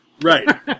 Right